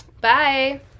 Bye